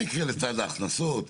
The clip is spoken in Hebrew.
מה יקרה לצד ההכנסות?